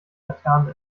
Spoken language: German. laternen